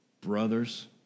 brothers